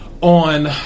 on